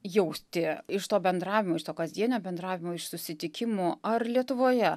jauti iš to bendravimo ir to kasdienio bendravimo iš susitikimų ar lietuvoje